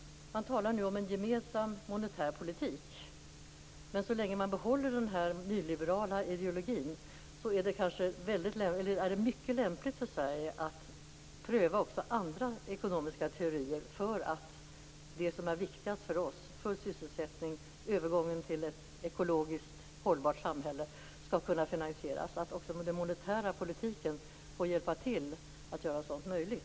Man talar nu om en gemensam monetär politik, men så länge man behåller den nyliberala ideologin är det mycket lämpligt för Sverige att pröva också andra ekonomiska teorier för att det som är viktigast för oss - full sysselsättning och övergången till ett ekologiskt hållbart samhälle - skall kunna finansieras. Också den monetära politiken får hjälpa till att göra sådant möjligt.